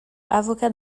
avocat